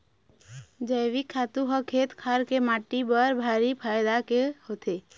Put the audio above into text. जइविक खातू ह खेत खार के माटी बर भारी फायदा के होथे